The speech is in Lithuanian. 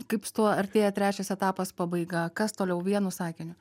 kaip su tuo artėja trečias etapas pabaiga kas toliau vienu sakiniu